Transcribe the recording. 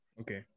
Okay